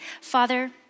Father